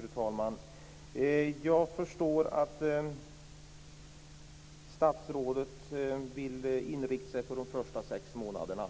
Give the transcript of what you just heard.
Fru talman! Jag förstår att statsrådet vill inrikta sig på de första sex månaderna.